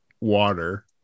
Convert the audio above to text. water